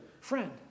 friend